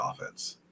offense